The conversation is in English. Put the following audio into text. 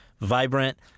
vibrant